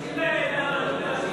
את הרבנות הראשית.